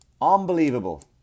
Unbelievable